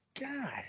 God